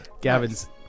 Gavin's